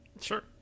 Sure